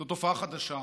זאת תופעה חדשה,